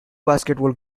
basketball